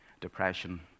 depression